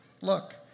Look